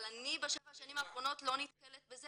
אבל אני בשבע השנים האחרונות לא נתקלתי בזה